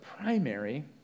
primary